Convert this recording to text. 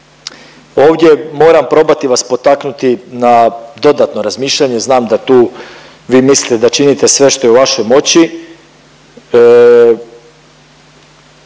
ovdje moram probati vas potaknuti na dodatno razmišljanje, znam da tu vi mislite da činite sve što je u vašoj moći